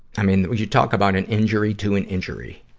i mean, you talk about an injury to an injury.